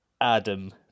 Adam